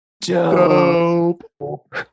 dope